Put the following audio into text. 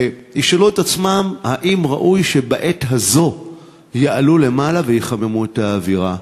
ישאלו את עצמם: האם ראוי שבעת הזאת יעלו ויחממו את האווירה.